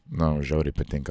na o žiauriai patinka